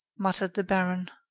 muttered the baron.